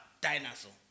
dinosaur